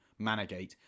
Managate